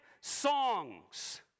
songs